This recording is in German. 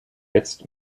jetzt